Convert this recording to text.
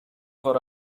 for